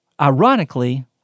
Ironically